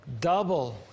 double